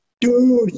dude